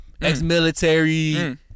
ex-military